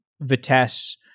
Vitesse